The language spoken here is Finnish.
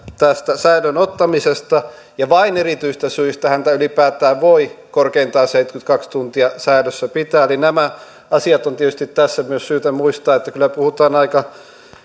tästä säilöön ottamisesta ja vain erityisistä syistä häntä ylipäätään voi korkeintaan seitsemänkymmentäkaksi tuntia säilössä pitää eli nämä asiat on tietysti tässä myös syytä muistaa niin että kyllä puhutaan aika